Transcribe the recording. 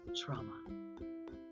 trauma